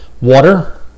water